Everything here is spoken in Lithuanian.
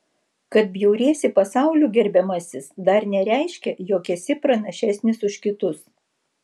kad bjauriesi pasauliu gerbiamasis dar nereiškia jog esi pranašesnis už kitus